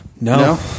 no